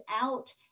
out